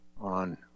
on